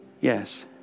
yes